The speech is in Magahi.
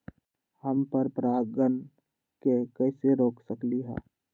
हम पर परागण के कैसे रोक सकली ह?